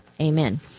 Amen